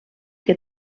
que